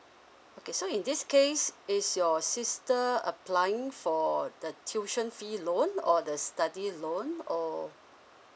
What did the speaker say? okay so in this case is your sister applying for the tuition fee loan or the study loan or